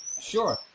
Sure